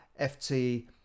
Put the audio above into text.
FT